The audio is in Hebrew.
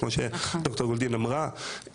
כמו שד״ר גולדין אמרה,